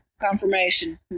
confirmation